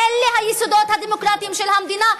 אלה היסודות הדמוקרטיים של המדינה?